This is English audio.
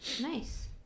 Nice